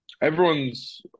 Everyone's